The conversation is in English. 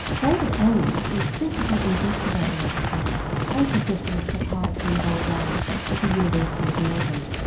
david ames is principle investigator of the study and professor of psychiatry of old age at the university of melbourne.